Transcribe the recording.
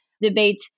debate